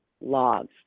logs